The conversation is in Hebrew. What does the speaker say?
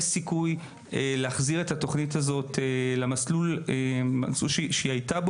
אז יש סיכוי להחזיר את התוכנית הזאת למסלול בו היא הייתה,